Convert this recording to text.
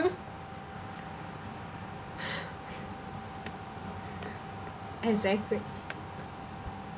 exactly